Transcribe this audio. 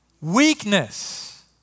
weakness